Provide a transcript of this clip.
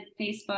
Facebook